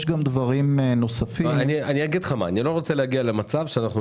יש גם דברים נוספים --- אני לא רוצה להגיע למצב שאנחנו